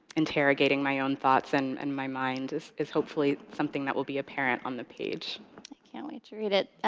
interrogating my own thoughts in and and my mind is is hopefully something that will be apparent on the page. i can't wait to read it.